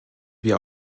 wir